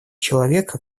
человека